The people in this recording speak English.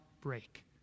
break